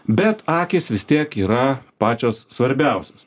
bet akys vis tiek yra pačios svarbiausios